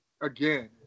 again